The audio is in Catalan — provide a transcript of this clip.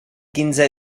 quinze